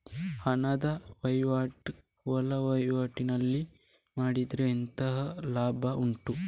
ಹಣದ ವಹಿವಾಟು ಒಳವಹಿವಾಟಿನಲ್ಲಿ ಮಾಡಿದ್ರೆ ಎಂತ ಲಾಭ ಉಂಟು?